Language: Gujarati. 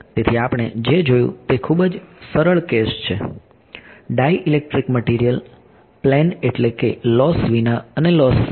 તેથી આપણે જે જોયું તે બે ખૂબ જ સરળ કેસ છે ડાઇલેક્ટ્રિક મટીરીયલ પ્લેન એટલે કે લોસ વિના અને લોસ સાથે